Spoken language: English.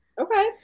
Okay